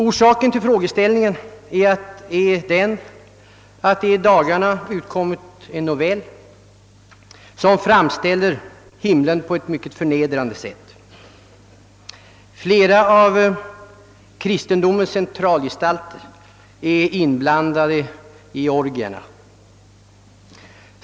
Orsaken till min fråga var att det i dagarna utkommit en novell som framställer himlen på ett mycket förnedrande sätt. Flera av kristendomens centralgestalter är inblandade i orgierna.